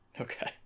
Okay